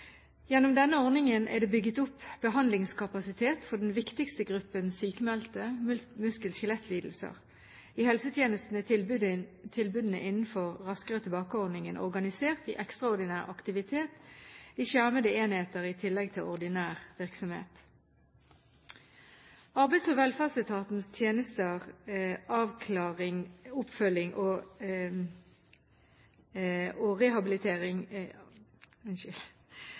Gjennom denne ordningen er det bygget opp behandlingskapasitet for den viktigste gruppen sykmeldte – muskel-skjelettlidelser. I helsetjenesten er tilbudene innenfor Raskere tilbake-ordningen organisert i ekstraordinær aktivitet i skjermede enheter i tillegg til ordinær virksomhet. Arbeids- og velferdsetatens tjenester – avklaring, oppfølging og arbeidsrettet rehabilitering